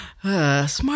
Smart